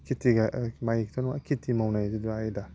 खेथि मावनाय आयदा